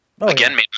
again